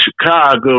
Chicago